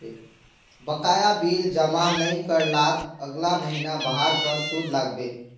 बकाया बिल जमा नइ कर लात अगला महिना वहार पर सूद लाग बे